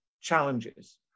challenges